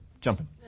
Jumping